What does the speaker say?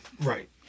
Right